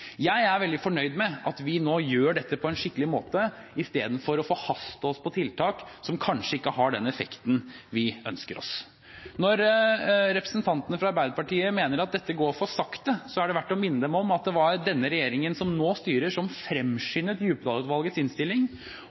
Jeg er veldig fornøyd med at vi nå gjør dette på en skikkelig måte istedenfor å forhaste oss med tiltak som kanskje ikke har den effekten vi ønsker oss. Når representantene fra Arbeiderpartiet mener at dette går for sakte, er det verdt å minne dem om at det var den regjeringen som nå styrer, som fremskyndet Djupedal-utvalgets innstilling,